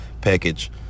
package